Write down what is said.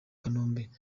kanombe